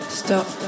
stop